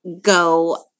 go